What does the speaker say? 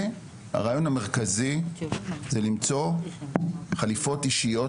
והרעיון המרכזי זה למצוא חליפות אישיות